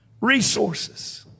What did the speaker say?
resources